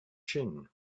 chin